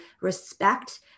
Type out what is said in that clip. respect